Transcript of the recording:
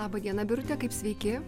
laba diena birute kaip sveiki